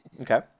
Okay